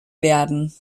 werden